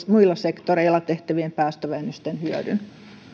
muilla sektoreilla tehtävien päästövähennysten hyödyn